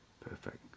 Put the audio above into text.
Perfect